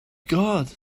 god